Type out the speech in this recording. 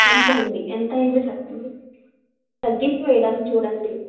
అంతే అండి ఎంత అయ్యిందో చెప్పండి తగ్గించి వెయ్యడానికి చూడండి